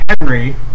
Henry